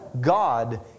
God